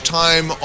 time